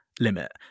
limit